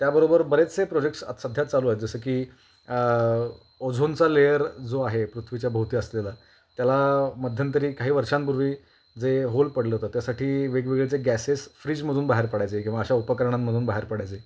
त्याबरोबर बरेचसे प्रोजेक्ट्स आत सध्यात चालू आहेत जसं की ओझोनचा लेयर जो आहे पृथ्वीच्या भोवती असलेला त्याला मध्यंतरी काही वर्षांपूर्वी जे होल पडलं होतं त्यासाठी वेगवेगळे जे गॅसेस फ्रीजमधून बाहेर पडायचे किंवा अशा उपकरणांमधून बाहेर पडायचे